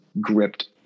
gripped